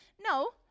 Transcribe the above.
No